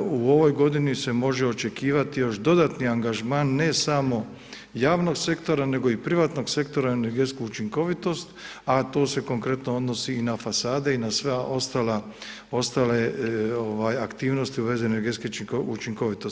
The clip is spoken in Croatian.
u ovoj godini se može očekivati još dodatni angažman, ne samo javnog sektora, nego i privatnog sektora energetsku učinkovitost, a to se konkretno odnosi i na fasade i na sve ostale aktivnosti u vezi energetske učinkovitosti.